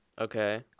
Okay